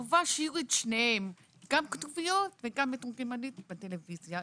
זוהי חובה שיהיו את שניהם: גם כתוביות וגם מתורגמנית בטלוויזיה.